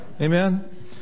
Amen